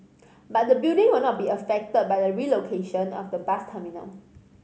but the building will not be affected by the relocation of the bus terminal